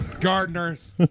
gardeners